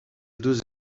deux